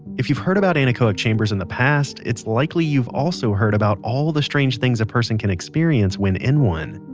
if you've heard about anechoic chambers in the past, it's likely you've also heard about all the strange things a person can experience when in one.